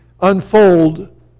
unfold